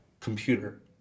computer